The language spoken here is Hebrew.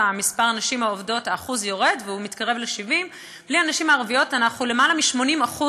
אחוז הנשים העובדות יורד והוא מתקרב ל-70% בלי הנשים הערביות אחוז הנשים